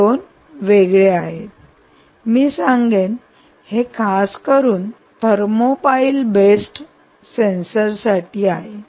हे दोन वेगळे आहेत मी सांगेन हे खासकरुन थर्मोपाईल बेस्ड सेन्सरसाठी आहे